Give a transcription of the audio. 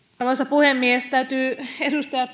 puhemies täytyy edustaja